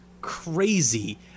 crazy